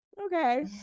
okay